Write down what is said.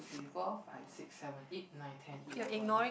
one two three four five six seven eight night ten eleven